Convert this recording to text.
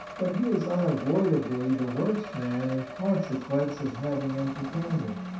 but he is unavoidably the worse man in consequence of having enter tained it.